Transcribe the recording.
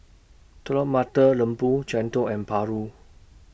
Telur Mata Lembu Chendol and Paru